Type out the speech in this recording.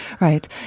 Right